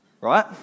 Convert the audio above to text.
right